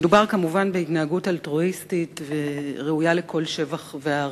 מדובר כמובן בהתנהגות אלטרואיסטית וראויה לכל שבח והערצה,